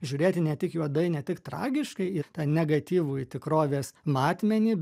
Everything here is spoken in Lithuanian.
žiūrėti ne tik juodai ne tik tragiškai ir tą negatyvųjį tikrovės matmenį